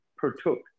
partook